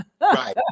Right